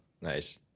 nice